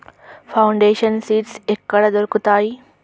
Foundation seeds ఎక్కడ దొరుకుతాయి?